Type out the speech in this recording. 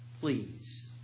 please